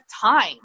time